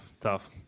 tough